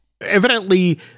Evidently